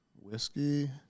Whiskey